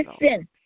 listen